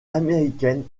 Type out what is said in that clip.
américaine